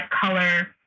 color